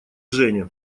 жене